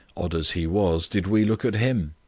odd as he was, did we look at him.